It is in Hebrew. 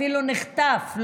אפילו נחטף,